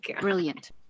Brilliant